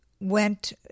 went